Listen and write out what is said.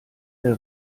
der